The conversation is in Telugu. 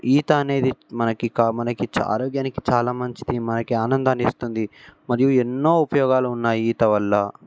ఈత అనేది మనకి కా మనకి ఆరోగ్యానికి చాలా మంచిది మనకి ఆనందాన్ని ఇస్తుంది మరియు ఎన్నో ఉపయోగాలు ఉన్నాయి ఈత వల్ల